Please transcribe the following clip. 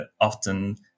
often